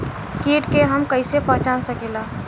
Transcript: कीट के हम कईसे पहचान सकीला